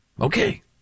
Okay